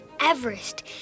Everest